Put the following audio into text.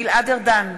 גלעד ארדן,